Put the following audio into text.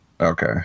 okay